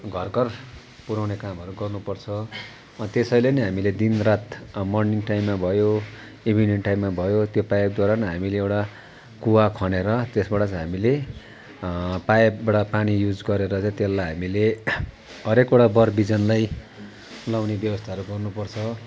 घर घर पुर्याउने कामहरू गर्नुपर्छ त्यसैले नै हामीले दिनरात मर्निङ टाइममा भयो इभिनिङ टाइममा भयो त्यो पाइपद्वारा नै हामीले एउटा कुवा खनेर त्यसबाट चाहिँ हामीले पाइपबाट पानी युज गरेर चाहिँ त्यसलाई हामीले हरेक कुरा बरबिजनलाई लगाउने व्यवस्थाहरू गर्नुपर्छ